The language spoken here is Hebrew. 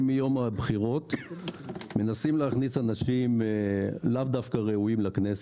מיום הבחירות מנסים להכניס אנשים לאו דווקא ראויים לכנסת,